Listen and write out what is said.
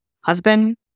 husband